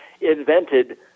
invented